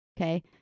Okay